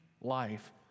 life